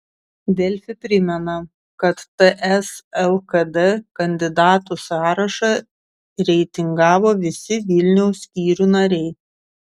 delfi primena kad ts lkd kandidatų sąrašą reitingavo visi vilniaus skyrių nariai